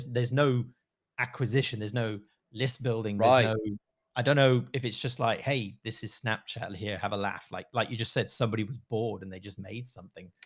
there's no acquisition. there's no list building. i don't know if it's just like, hey, this is snapchat here. have a laugh. like, like you just said, somebody was bored and they just made something,